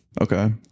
okay